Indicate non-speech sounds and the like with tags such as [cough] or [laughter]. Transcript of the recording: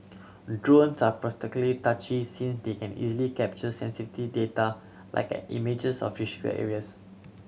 drones are particularly touchy since they can easily capture sensitive data like images of [unintelligible] areas